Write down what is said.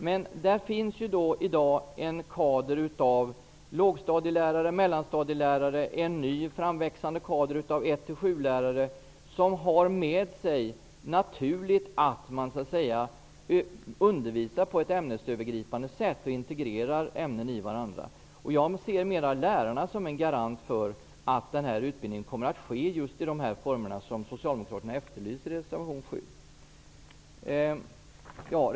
Men det finns i dag en kader av lågstadielärare och mellanstadielärare samt en ny, framväxande kader av lärare i årskurs 1--7, för vilka det är naturligt att undervisa på ett ämnesövergripande sätt och att integrera ämnen. Jag ser lärarna som en garant för att utbildningen kommer att ske just i de former som Socialdemokraterna efterlyser i reservation 7.